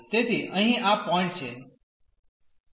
તેથી અહીં આ પોઈન્ટ છે